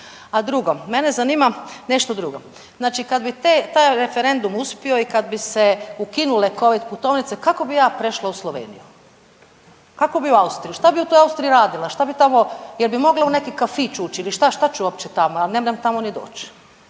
A drugo, mene zanima nešto drugo, znači kad bi taj referendum uspio i kad bi se ukinule Covid putovnice, kako bi ja prešla u Sloveniju? Kako bi u Austriju, što bi u toj Austriji radila, što bi tamo? Je li bi mogla u neki kafić ući ili šta, šta ću uopće tamo, ja nemrem tamo ni doći?